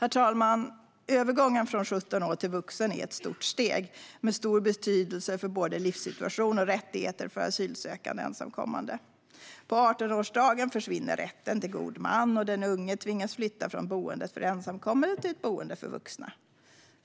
Herr talman! Övergången från 17 år till vuxen är ett stort steg med stor betydelse för både livssituation och rättigheter för asylsökande ensamkommande. På 18-årsdagen försvinner rätten till god man, och den unge tvingas flytta från boendet för ensamkommande till ett boende för vuxna.